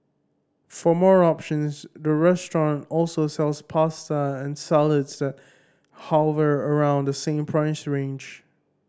for more options the restaurant also sells pasta and salads that hover around the same price range